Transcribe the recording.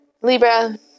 Libra